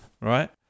right